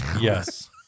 Yes